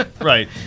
right